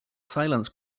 silence